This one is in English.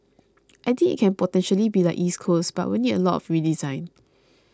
I think it can potentially be like East Coast but it will need a lot of redesign